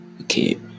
okay